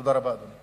תודה רבה, אדוני.